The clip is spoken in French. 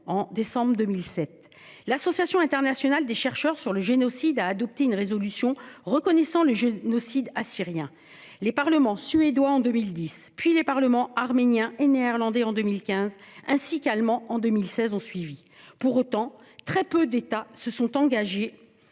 En décembre 2007, l'Association internationale des chercheurs sur le génocide a adopté une résolution reconnaissant le génocide assyrien. Le parlement suédois en 2010, puis les parlements arménien et néerlandais en 2015 et le parlement allemand en 2016 ont suivi. Toutefois, très peu d'États se sont engagés